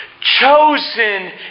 chosen